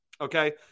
Okay